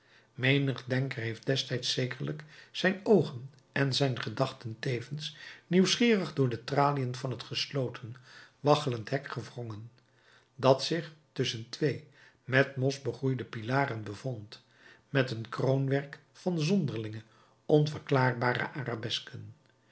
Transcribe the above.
menig denker heeft destijds zekerlijk zijn oogen en zijn gedachten tevens nieuwsgierig door de traliën van het gesloten waggelend hek gewrongen dat zich tusschen twee met mos begroeide pilaren bevond met een kroonwerk van zonderlinge onverklaarbare arabesken